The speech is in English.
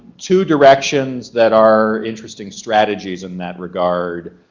two directions that are interesting strategies in that regard.